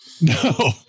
No